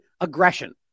aggression